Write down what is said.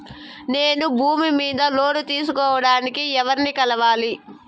నేను భూమి మీద లోను తీసుకోడానికి ఎవర్ని కలవాలి?